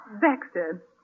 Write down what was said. Baxter